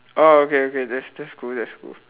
orh okay okay that's that's cool that's cool